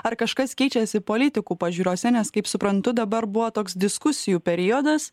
ar kažkas keičiasi politikų pažiūrose nes kaip suprantu dabar buvo toks diskusijų periodas